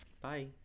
bye